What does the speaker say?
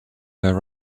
there